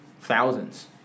Thousands